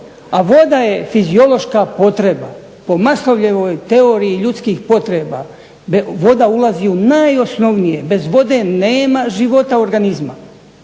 a voda je fiziološka potreba. Po Masovljevoj teoriji ljudskih potreba voda ulazi u najosnovnije, bez vode nema života organizma.